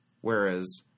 Whereas